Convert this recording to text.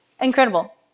Incredible